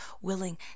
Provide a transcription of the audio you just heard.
willing